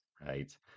right